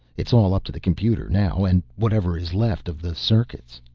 it's all up to the computer now, and whatever is left of the circuits.